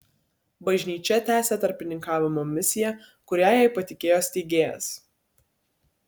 bažnyčia tęsia tarpininkavimo misiją kurią jai patikėjo steigėjas